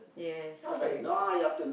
yes correct correct